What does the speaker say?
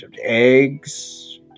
eggs